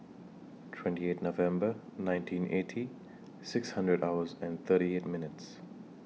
twenty eight November nineteen eighty six hundred hours and thirty eight minutes